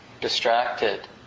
distracted